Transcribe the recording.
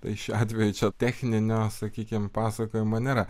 tai šiuo atveju čia techninio sakykim pasakojimo nėra